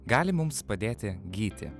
gali mums padėti gyti